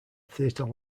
theatre